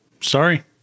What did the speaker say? Sorry